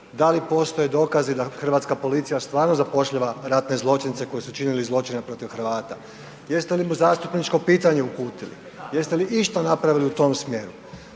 da li postoje dokaze da hrvatska policija stvarno zapošljava ratne zločince koji su čini zločine protiv Hrvata? Jeste li mu zastupničko pitanje uputili, jeste li išta napravili u tom smjeru?